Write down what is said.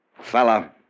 Fella